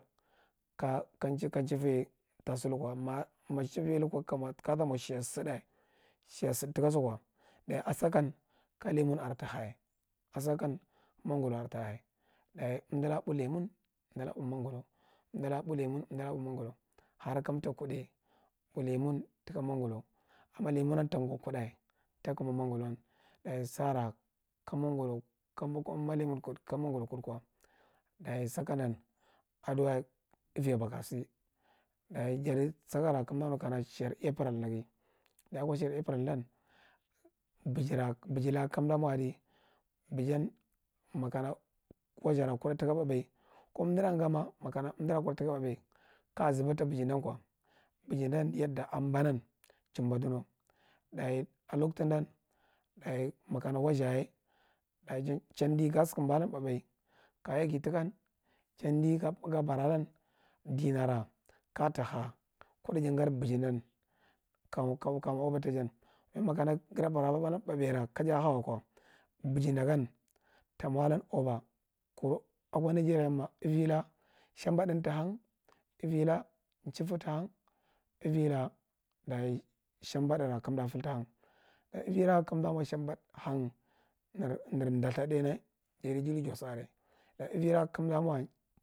Ka ga njai ka nchika ye ta sa lukwa ma- ma nehifa ye lukwa ka sa mwa shiya saɗa, shiya sad taka su kwa, dayi a sakan ka leman are ta has a sakan mangolo are ta hasa sakan mangolo are ta has a sakan mangolo are ta ha, dayi, amdola ɓu lemon, amda la ɓu mangolo amda la ɓu leman amdi la ɓu mongolo. Har kamta kuɗai ɓu heman taka mangolo. Amma lemon an tangwa kuɗa ta kama mongoli an, dayi sara ka mongolo, kama ka lamon kud ka mangolo kud kwa, dayi saka ndan addwa aviya baga sa dayi jacha sakara karnda nu kana shiyar april nda ga. Dayi akwa shigar april ndan biji la biji la kamda mwa ada, bajan makana wastha ra kaɗa taka ɓaɓai, ko amdara nga ma, makana amdara kuɗa ɓaɓai, kaya zuba ta baji ndan kwa, baji ndan yadda ambanan chimba danawa. Dayi a loktu ndan dayi makana wastha yaye, dayi chadi ga sakamba lan ɓaɓai kaya yaga takan, chadi ka bara lan danara kaga ta ha kuɗa ja ngadi baji ndan makana gada bara lan ɓaɓaira kaje ha wakwa, baji nda gan ta mwa lan oba, kuru akwa najeriyan ma ava shambaɗan ta hang, avi la nchifan ta hang, avi la dayi shamba kamala fai to hang. Abira kamda mwa shambad hang har ndaltha dainya, jado jiri jos are, dayi avira kamda mwa…